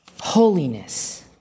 holiness